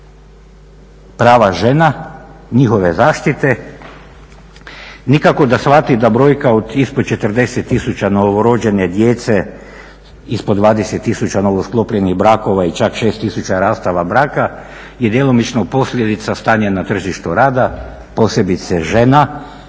prava žena, njihove zaštite. Nikako da shvati da brojka od ispod 40 000 novorođene djece, ispod 20 000 novosklopljenih brakova i čak 6000 rastava braka je djelomično posljedica stanja na tržištu rada, posebice žena,